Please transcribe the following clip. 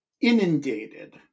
inundated